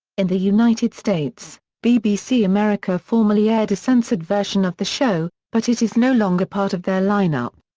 in the united states, bbc america formerly aired a censored version of the show, but it is no longer part of their lineup.